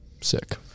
Sick